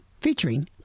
featuring